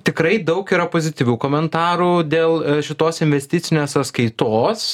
tikrai daug yra pozityvių komentarų dėl šitos investicinės sąskaitos